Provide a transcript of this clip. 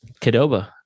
Kadoba